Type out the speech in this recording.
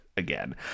Again